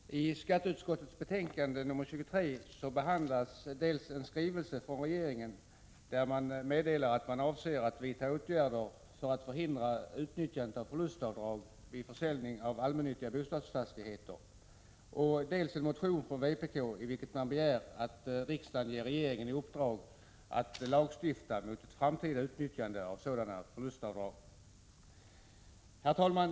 Herr talman! I skatteutskottets betänkande 23 behandlas dels en skrivelse från regeringen, där regeringen meddelar att den avser att vidta åtgärder för att förhindra utnyttjande av förlustavdrag vid försäljning av allmännyttiga bostadsfastigheter, dels en motion från vpk, i vilken man begär att riksdagen ger regeringen i uppdrag att lagstifta mot framtida utnyttjande av sådana förlustavdrag. Herr talman!